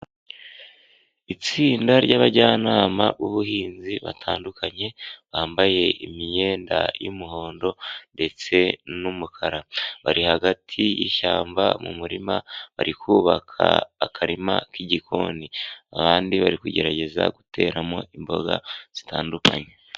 Itsinda ry'abajyanama b'ubuhinzi batandukanye bambaye imyenda y'umuhondo ndetse n'umukara, bari hagati mw’ishyamba mu murima, bari kubaka akarima k'igikoni, abandi bari kugerageza guteramo imboga zitandukanye.